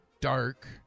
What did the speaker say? dark